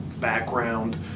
background